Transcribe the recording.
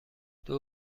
دوتا